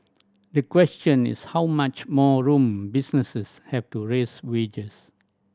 the question is how much more room businesses have to raise wages